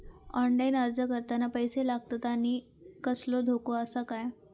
Online अर्ज करताना पैशे लागतत काय आनी कसलो धोको आसा काय?